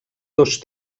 dos